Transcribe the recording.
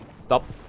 stop